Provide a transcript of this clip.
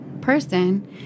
person